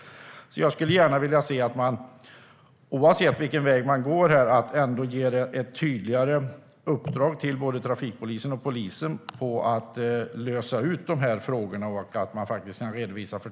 Jag skulle därför gärna se att man oavsett vilken väg man går ger ett tydligare uppdrag till både trafikpolisen och polisen att lösa dessa frågor och att det kan redovisas.